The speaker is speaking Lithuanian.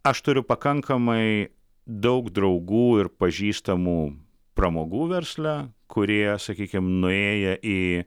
aš turiu pakankamai daug draugų ir pažįstamų pramogų versle kurie sakykim nuėję į